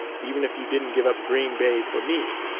even if you didn't give up green bay for me.